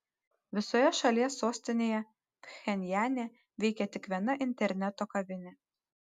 visoje šalies sostinėje pchenjane veikia tik viena interneto kavinė